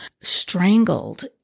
strangled